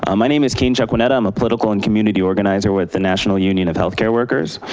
ah my name is keen jaquaneta, i'm a political and community organizer with the national union of healthcare workers.